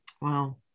wow